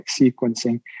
sequencing